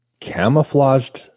Camouflaged